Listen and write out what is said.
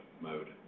mode